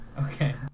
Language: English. Okay